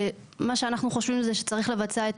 מה שאנחנו חושבים הוא שצריך לבצע את